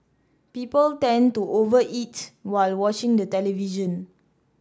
people tend to over eat while watching the television